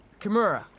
Kimura